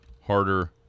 harder